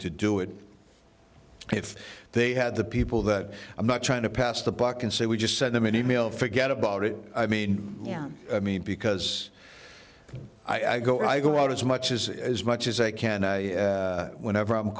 to do it if they had the people that i'm not trying to pass the buck and say we just sent them an e mail forget about it i mean yeah i mean because i go i go out as much as as much as i can whenever i'm